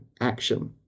action